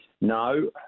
no